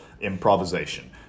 improvisation